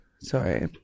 Sorry